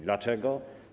Dlaczego?